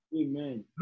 Amen